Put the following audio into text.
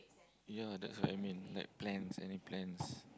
ya that's what I mean like plans any plans